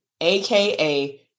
aka